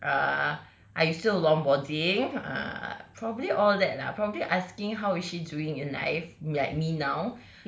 err are you still longboarding err probably all that lah probably asking how is she doing in life like me now